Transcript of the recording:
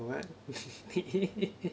what